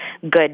good